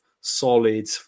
solid